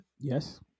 Yes